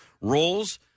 roles